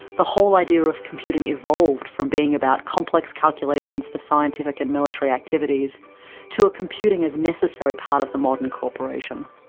the whole idea of computing evolved from being about complex calculations for scientific and military activities to a computing as a necessary part of the modern corporation.